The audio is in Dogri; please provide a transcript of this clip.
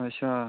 अच्छा